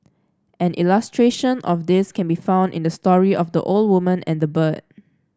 an illustration of this can be found in the story of the old woman and the bird